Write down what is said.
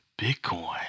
Bitcoin